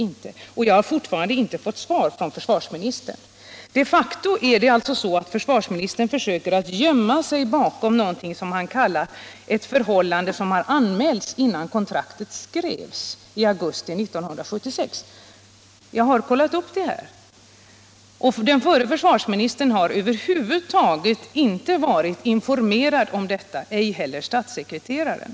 På de frågorna har jag fortfarande inte fått något svar av försvarsministern. Jag noterar också att försvarsministern försöker gömma sig bakom någonting som han kallar för ”ett förhållande som har anmälts innan kontraktet skrevs i augusti 1976”. Jag har kollat den saken och funnit att den förre försvarsministern över huvud taget inte har varit informerad om detta ärende — och inte heller statssekreteraren.